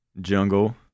jungle